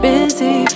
Busy